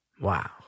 Wow